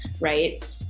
right